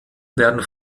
werden